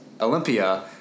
Olympia